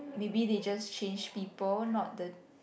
maybe they just change people not the